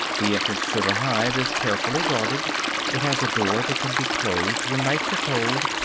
the entrance to the hive is carefully guarded it has a door that can be closed when nights are cold,